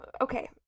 okay